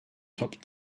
topped